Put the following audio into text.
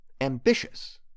ambitious